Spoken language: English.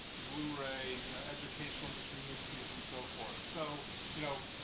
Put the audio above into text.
blu-ray, you know, educational use, remix use and so forth. so you know,